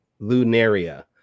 Lunaria